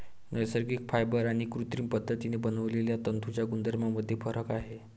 नैसर्गिक फायबर आणि कृत्रिम पद्धतीने बनवलेल्या तंतूंच्या गुणधर्मांमध्ये फरक आहे